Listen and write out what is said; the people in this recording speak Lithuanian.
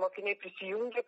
mokiniai prisijungė